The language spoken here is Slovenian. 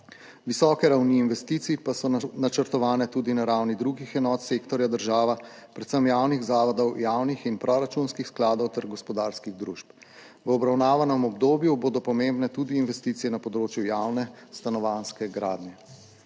Visoke ravni investicij pa so načrtovane tudi na ravni drugih enot sektorja država, predvsem javnih zavodov, javnih in proračunskih skladov ter gospodarskih družb. V obravnavanem obdobju bodo pomembne tudi investicije na področju javne stanovanjske gradnje.